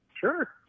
sure